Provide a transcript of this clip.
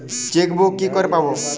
Chequebook কি করে পাবো?